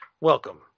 Welcome